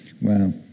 Wow